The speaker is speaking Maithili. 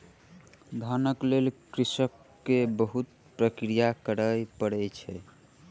धानक लेल कृषक के बहुत प्रक्रिया करय पड़ै छै